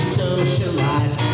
socialize